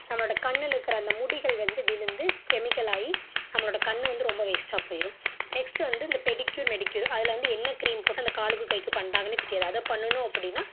நம்மளோடய கண்ணில் இருக்கிற அந்த முடிகள் வந்து விழுந்து கெமிக்கல் ஆகி நம்மளோடய கண்ணு வந்து ரொம்ப வேஸ்ட்டாக போயிடும் நெக்ஸ்ட்டு வந்து இந்த பெடிக்யூர் மெடிக்யூர் அதில் வந்து என்ன க்ரீம் போட்டு அந்த காலுக்கு கைக்கு பண்ணுறாங்கனே தெரியாது அதைப் பண்ணணும் அப்படினா